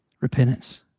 Repentance